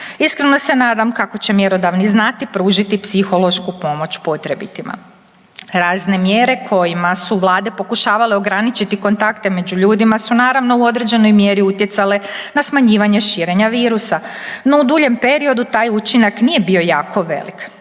Iskreno se nadam kako će mjerodavni znati pružiti psihološku podršku potrebitima. Razne mjere kojima su vlade pokušale ograničiti kontakte među ljudima su naravno u određenoj mjeri utjecale na smanjivanje širenja virusa. No u duljem periodu taj učinak nije bio jako velik.